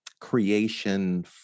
Creation